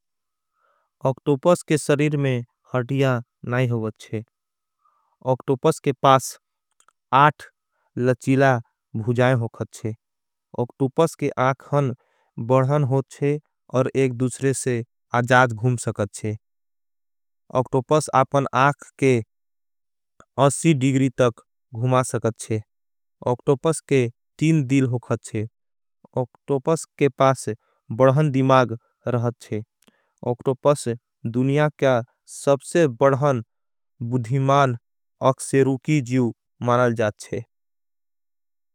अक्टोपस के सरीर में हर्डिया नाई होगच्छे अक्टोपस। के पास आठ लचीला भुजाय होगच्छे अक्टोपस के। आखन बढ़हन होगच्छे और एक दूसरे से आजाज घूम। सकच्छे अक्टोपस आपन आख के डिग्री तक घूमा। सकच्छे अक्टोपस के तीन दिल होगच्छे अक्टोपस के। पास बढ़हन दिमाग रहच्छे अक्टोपस दुनिया क्या सबसे। बढ़हन बुधिमान अक्शेरूकी जीव मानाल जाच्छे।